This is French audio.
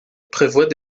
prévoit